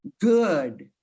good